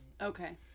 okay